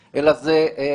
גדולים.